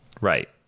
right